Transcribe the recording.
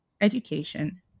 education